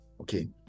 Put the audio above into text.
Okay